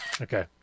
okay